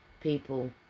people